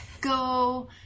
go